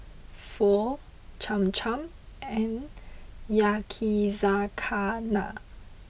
Pho Cham Cham and Yakizakana